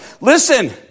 Listen